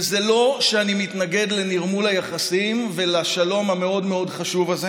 וזה לא שאני מתנגד לנרמול היחסים ולשלום המאוד-מאוד חשוב הזה,